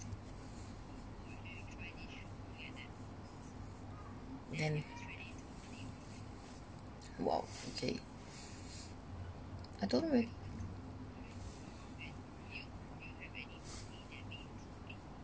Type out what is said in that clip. them !wow! okay I don't really